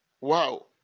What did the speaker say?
Wow